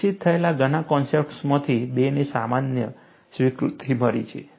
વિકસિત થયેલા ધણા કન્સેપ્ટ્સમાંથી બેને સામાન્ય સ્વીકૃતિ મળી છે